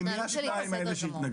מי השניים שהתנגדו?